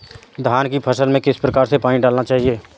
धान की फसल में किस प्रकार से पानी डालना चाहिए?